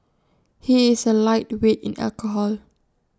he is A lightweight in alcohol